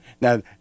Now